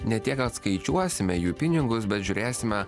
ne tiek kad skaičiuosime jų pinigus bet žiūrėsime